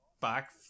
back